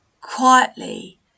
quietly